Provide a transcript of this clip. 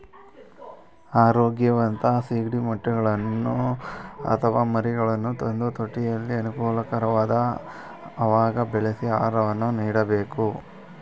ಆರೋಗ್ಯವಂತ ಸಿಗಡಿ ಮೊಟ್ಟೆಗಳನ್ನು ಅಥವಾ ಮರಿಗಳನ್ನು ತಂದು ತೊಟ್ಟಿಯಲ್ಲಿ ಅನುಕೂಲಕರವಾದ ಅವಾಗ ಬೆಳೆಸಿ ಆಹಾರವನ್ನು ನೀಡಬೇಕು